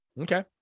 Okay